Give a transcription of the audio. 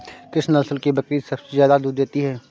किस नस्ल की बकरी सबसे ज्यादा दूध देती है?